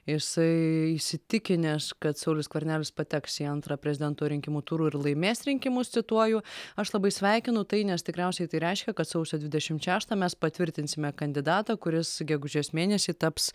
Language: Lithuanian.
jisai įsitikinęs kad saulius skvernelis pateks į antrą prezidento rinkimų turu ir laimės rinkimus cituoju aš labai sveikinu tai nes tikriausiai tai reiškia kad sausio dvidešim šeštą mes patvirtinsime kandidatą kuris gegužės mėnesį taps